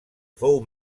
fou